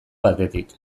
batetik